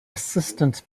assistant